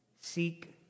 Seek